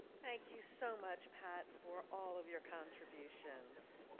thank you so much, pat, for all of your contributions.